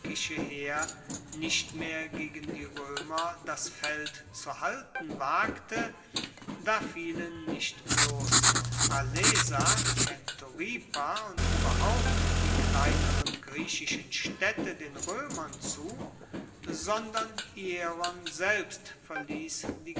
heer nicht mehr gegen die roemer das feld zu halten wagte da fielen nicht bloss alaesa kentoripa und ueberhaupt die kleineren griechischen staedte den roemern zu sondern hieron selbst verliess